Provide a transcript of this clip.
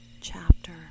chapter